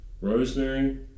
rosemary